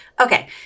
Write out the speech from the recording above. Okay